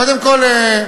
קודם כול,